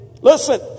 Listen